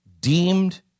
deemed